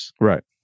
Right